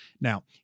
Now